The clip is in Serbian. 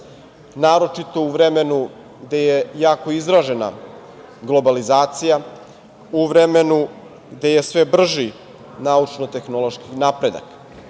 naročito u vreme gde je jako izražena globalizacija, u vreme gde je sve brži naučno-tehnološki napredak.